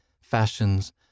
fashions